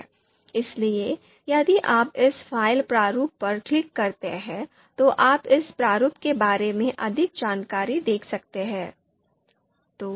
इसलिए यदि आप इस फ़ाइल प्रारूप पर क्लिक करते हैं तो आप इस प्रारूप के बारे में अधिक जानकारी देख सकते हैं